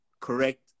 correct